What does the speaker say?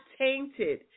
tainted